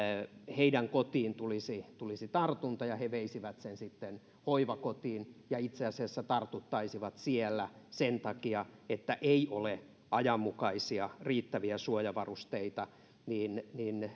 heidän kotiinsa tulisi tulisi tartunta ja he veisivät sen sitten hoivakotiin ja itse asiassa tartuttaisivat siellä sen takia että ei ole asianmukaisia riittäviä suojavarusteita